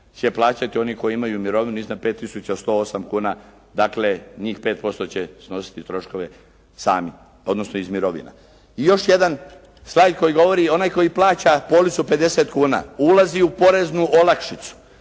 će plaćati oni koji imaju mirovinu iznad 5108 kuna, dakle njih 5% će snositi troškove sami odnosno iz mirovina. I još jedan slajd koji govori onaj koji plaća policu 50 kuna ulazi u poreznu olakšicu,